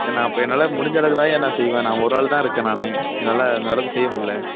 என்ன அப்போ என்னால் முடிஞ்ச அளவுக்குதான்யா நான் செய்வேன் நான் ஒரு ஆள்தான் இருக்கேன் நான் என்னால் அந்த அளவுக்கு செய்ய முடில